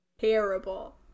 terrible